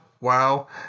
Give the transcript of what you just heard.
Wow